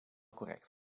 correct